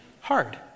Hard